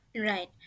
Right